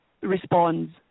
responds